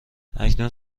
اکنون